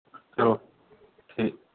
ਚਲੋ ਠੀਕ